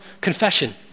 confession